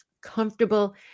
comfortable